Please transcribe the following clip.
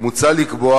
מוצע לקבוע